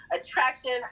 attraction